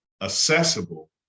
accessible